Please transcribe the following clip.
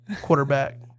quarterback